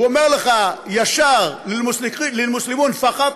הוא אומר לך: ישר (אומר בערבית: למוסלמים בלבד),